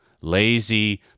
lazy